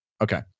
Okay